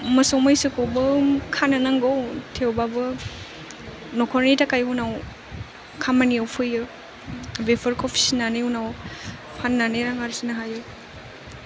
मोसौ मैसोखौबो खानो नांगौ थेवबाबो नखरनि थाखाय उनाव खामानियाव फैयो बेफोरखौ फिसिनानै उनाव फाननानै रां आरजिनो हायो